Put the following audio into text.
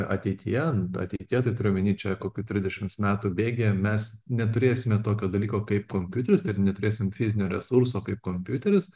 ateityje ateityje tai turiu omeny čia kokių trisdešimt metų bėgyje mes neturėsime tokio dalyko kaip kompiuteris ir neturėsim fizinio resurso kaip kompiuteris